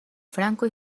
franco